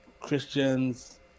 Christians